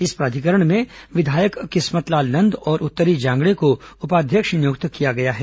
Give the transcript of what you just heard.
इस प्राधिकरण में विधायक किस्मतलाल नंद और उत्तरी जांगड़े को उपाध्यक्ष नियुक्त किया गया है